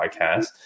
podcast